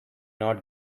not